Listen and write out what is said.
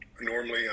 normally